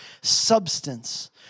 substance